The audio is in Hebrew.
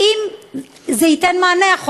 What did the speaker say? האם זה ייתן מענה,